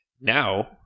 Now